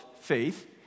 Faith